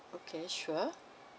okay sure